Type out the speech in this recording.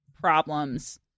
problems